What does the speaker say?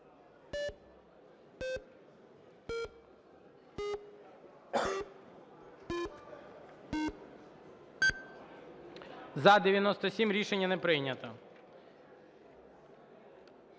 За-97 Рішення не прийнято.